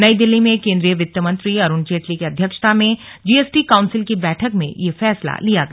नई दिल्ली में केन्द्रीय वित्त मंत्री अरुण जेटली की अध्यक्षता में जीएसटी काउंसिल की बैठक में यह फैसला लिया गया